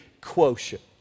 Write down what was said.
quotient